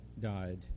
died